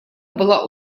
была